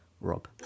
Rob